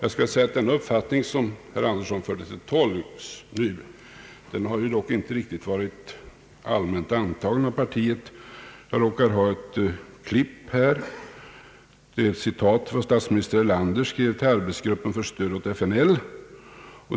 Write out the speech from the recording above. Den uppfattning som herr Andersson förde till torgs nu har dock inte varit riktigt allmänt antagen av partiet. Jag råkar ha ett klipp här som innehåller ett citat av vad statsminister Erlander skrev till Arbetsgruppen för stöd åt FNL.